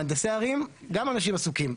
מהנדסי ערים הם גם אנשים עסוקים,